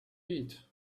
eat